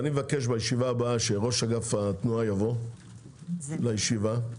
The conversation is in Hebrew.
אני מבקש שראש אגף התנועה יבוא לישיבה הבאה,